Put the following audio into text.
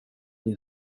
din